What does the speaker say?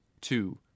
two